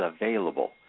available